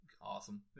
Awesome